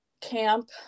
camp